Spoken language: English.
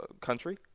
country